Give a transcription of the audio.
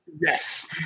yes